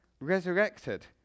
resurrected